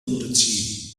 unterziehen